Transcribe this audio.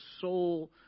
soul